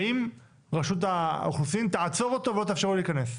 האם רשות האוכלוסין תעצור אותו ולא תאפשר לו להיכנס?